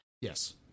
Yes